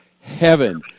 heaven